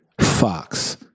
Fox